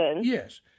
Yes